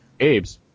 Abes